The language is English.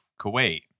Kuwait